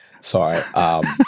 Sorry